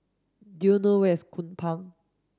do you know where is Kupang